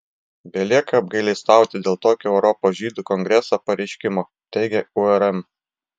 belieka apgailestauti dėl tokio europos žydų kongreso pareiškimo teigia urm